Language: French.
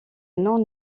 non